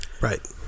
Right